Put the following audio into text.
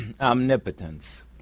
omnipotence